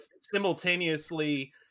simultaneously